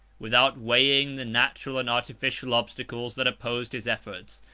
without weighing the natural and artificial obstacles that opposed his efforts,